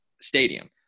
stadium